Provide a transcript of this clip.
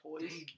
toys